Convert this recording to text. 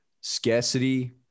scarcity